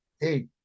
hey